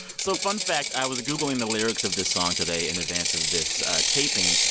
so fun fact, i was googling the lyrics of this song today in advance of this taping,